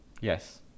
yes